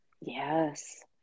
Yes